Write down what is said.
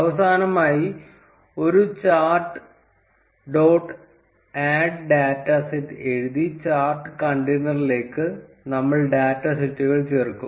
അവസാനമായി ഒരു chart dot add data set എഴുതി ചാർട്ട് കണ്ടെയ്നറിലേക്ക് നമ്മൾ ഡാറ്റ സെറ്റുകൾ ചേർക്കും